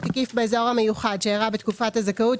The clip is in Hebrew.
עקיף באזור המיוחד שאירע בתקופת הזכאות,